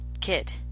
kid